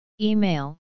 Email